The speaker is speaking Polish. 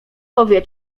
powie